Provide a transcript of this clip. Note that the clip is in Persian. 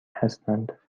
هستند